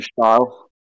style